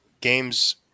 games